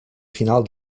final